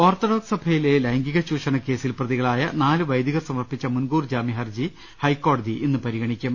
orthodox സഭയിലെ ലൈംഗിക ചൂഷണ കേസിൽ പ്രതി കളായ നാലു വൈദികർ സമർപ്പിച്ച മുൻകൂർ ജാമൃഹർജി ഹൈക്കോടതി ഇന്ന് പരിഗണിക്കും